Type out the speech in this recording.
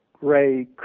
Ray